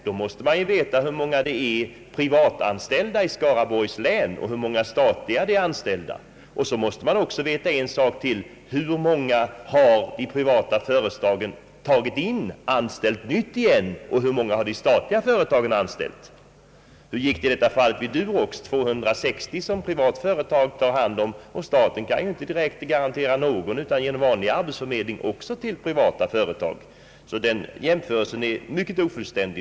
Då måste man veta hur många privatanställda och statligt anställda det finns i Skaraborgs län. Man måste också veta hur många de privata företagen anställt igen, och hur många de statliga företagen har anställt. Hur går det med de 260 från Durox som privata företag tar hand om? Staten kan inte direkt garantera någon annat än genom vanlig arbetsförmedling även till privata företag. Den jämförelsen är alltså mycket ofullständig.